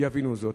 יבין זאת,